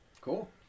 Cool